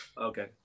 Okay